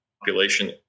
population